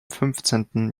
fünfzehnten